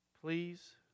Please